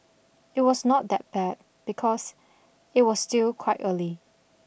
it was not that bad because it was still quite early